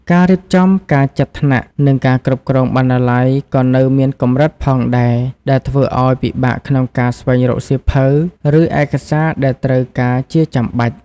ការរៀបចំ ការចាត់ថ្នាក់ និងការគ្រប់គ្រងបណ្ណាល័យក៏នៅមានកម្រិតផងដែរ ដែលធ្វើឱ្យពិបាកក្នុងការស្វែងរកសៀវភៅ ឬឯកសារដែលត្រូវការជាចាំបាច់។